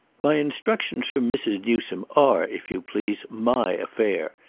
my instructions from mrs. newsome are, if you please, my affair.